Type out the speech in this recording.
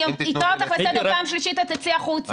אני אקרא אותך לסדר פעם שלישית ואת תצאי החוצה.